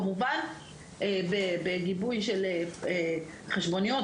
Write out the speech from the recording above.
כמובן בגיבוי של חשבוניות,